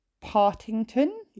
partington